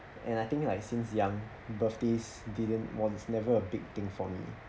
and I think like since young birthdays didn't was never a big thing for me